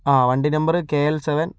ആ വണ്ടി number K L seven